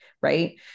right